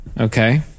Okay